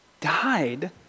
died